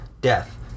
death